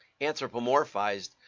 anthropomorphized